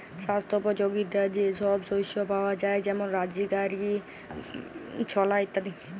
স্বাস্থ্যপ যগীতা যে সব শস্য পাওয়া যায় যেমল রাজগীরা, ছলা ইত্যাদি